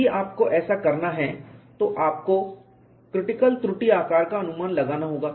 यदि आपको ऐसा करना है तो आपको क्रिटिकल त्रुटि आकार का अनुमान लगाना होगा